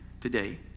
today